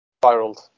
spiraled